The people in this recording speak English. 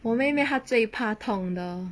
我妹妹她最怕痛的